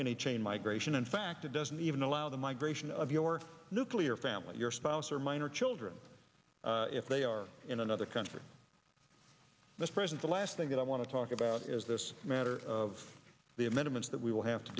any chain migration in fact it doesn't even allow the migration of your nuclear her family your spouse or minor children if they are in another country this present the last thing that i want to talk about is this matter of the amendments that we will have to